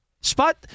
Spot